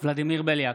ולדימיר בליאק,